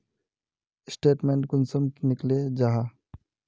Statement कुंसम निकले जाहा?